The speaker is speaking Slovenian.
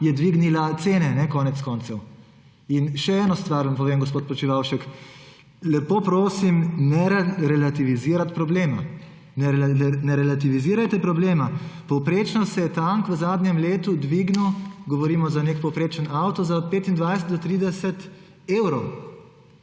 je dvignila cene konec koncev. In še eno stvar vam povem, gospod Počivalšek, lepo prosim, ne relativizirajte problema, ne relativizirajte problema! Povprečnost se je tank v zadnjem letu dvignil, govorimo za nek povprečen avto, za 25 do 30 evrov